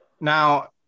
now